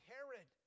Herod